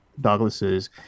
douglas's